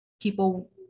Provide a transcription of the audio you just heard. People